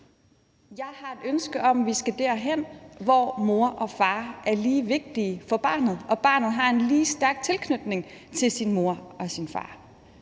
Jeg har et ønske om, at vi skal derhen, hvor mor og far er lige vigtige for barnet, og hvor barnet har en lige stærk tilknytning til sin mor og sin far.